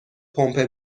پمپ